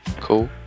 Cool